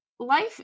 Life